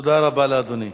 תודה רבה לאדוני.